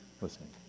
listening